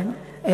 טוב,